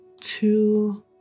two